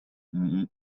mowbray